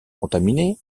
contaminés